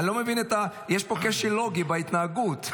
יש פה כשל לוגי בהתנהגות,